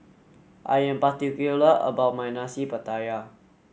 I am particular about my Nasi Pattaya